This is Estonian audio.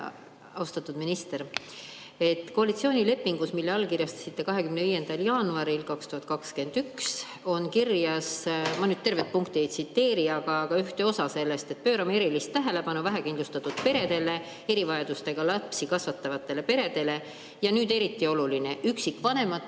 Austatud minister! Koalitsioonilepingus, mille allkirjastasite 25. jaanuaril 2021, on kirjas – ma nüüd tervet punkti ei tsiteeri, aga ühte osa sellest –, et pöörame erilist tähelepanu vähekindlustatud peredele, erivajadustega lapsi kasvatavatele peredele – ja nüüd eriti oluline –, üksikvanematele